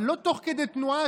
אבל לא תוך כדי תנועה,